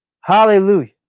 Hallelujah